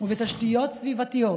ובתשתיות סביבתיות,